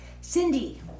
Cindy